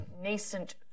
nascent